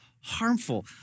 harmful